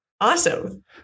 Awesome